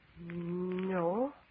No